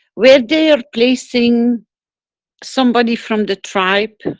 where they are placing somebody from the tribe